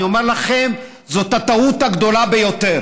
אני אומר לכם: זאת הטעות הגדולה ביותר